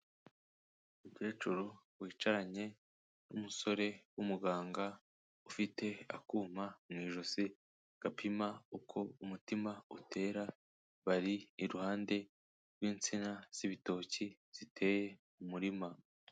Umukecuru wicaranye n'umusore w'umuganga ufite akuma mu ijosi gapima uko umutima utera bari iruhande rw'insina z'ibitoki ziteye mu murima.